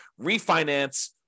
refinance